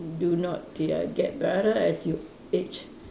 do not they are get better as you age